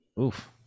Oof